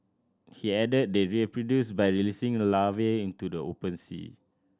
he added they reproduce by releasing larvae into the open sea